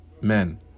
men